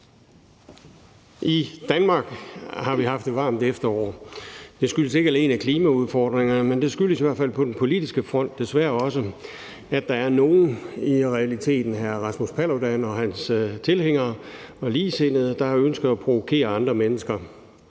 I Danmark har vi haft et varmt efterår. Det skyldes ikke alene klimaudfordringerne, men det skyldes i hvert fald på den politiske front desværre også, at der er nogle, i realiteten hr. Rasmus Paludan og hans tilhængere og ligesindede, der har ønsket at provokere andre mennesker.